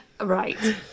Right